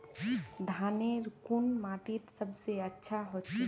धानेर कुन माटित सबसे अच्छा होचे?